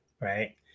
Right